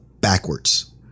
backwards